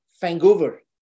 Vancouver